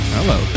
Hello